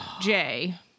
Jay